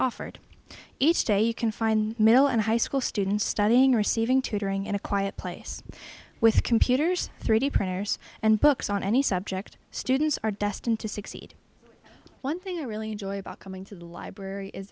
offered each day you can find middle and high school students studying receiving tutoring in a quiet place with computers three d printers and books on any subject students are destined to succeed one thing i really enjoy about coming to the library is